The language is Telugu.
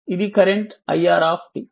ఇది కరెంట్ iR